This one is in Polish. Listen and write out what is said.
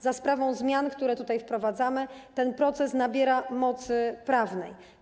Za sprawą zmian, które tutaj wprowadzamy, ten proces nabiera mocy prawnej.